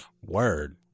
Word